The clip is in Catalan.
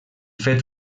fet